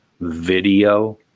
video